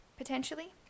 potentially